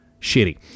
shitty